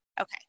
Okay